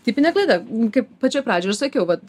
tipinė klaida kaip pačioj pradžioj ir sakiau vat